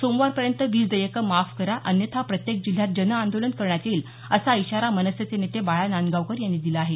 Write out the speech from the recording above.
सोमवारपर्यंत वीज देयकं माफ करा अन्यथा प्रत्येक जिल्ह्यात जनआंदोलन करण्यात येईल असा इशारा मनसेचे नेते बाळा नांदगावकर यांनी दिला आहे